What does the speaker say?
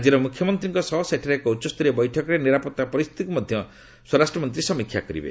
ରାଜ୍ୟର ମୁଖ୍ୟମନ୍ତ୍ରୀଙ୍କ ସହ ସେଠାରେ ସେ ଏକ ଉଚ୍ଚସ୍ତରୀୟ ବୈଠକରେ ନିରାପତ୍ତା ପରିସ୍ଥିତିକୁ ମଧ୍ୟ ସମୀକ୍ଷା କରିବେ